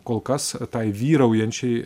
kol kas tai vyraujančiai